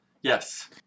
Yes